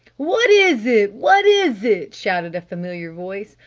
what is it? what is it? shouted a familiar voice.